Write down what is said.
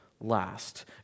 last